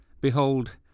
behold